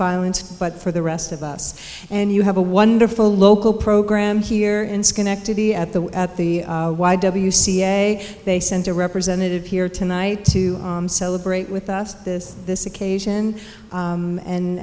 violence but for the rest of us and you have a wonderful local program here in schenectady at the at the y w c a they sent a representative here tonight to celebrate with us this this occasion